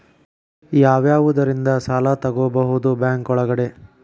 ಯಾವ್ಯಾವುದರಿಂದ ಸಾಲ ತಗೋಬಹುದು ಬ್ಯಾಂಕ್ ಒಳಗಡೆ?